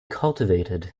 cultivated